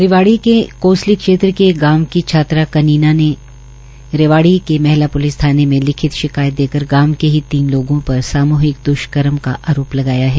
रेवाड़ी के कोसली क्षेत्र के एक गांव की छात्रा कनीना ने रेवाड़ी के महिला प्लिस थाने में लिखित शिकायत देकर गांव के ही तीन लोगों पर साम्हिक द्वष्कर्म का आरोप लगाया है